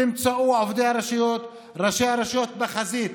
תמצאו את עובדי הרשויות וראשי הרשויות בחזית,